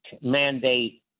mandate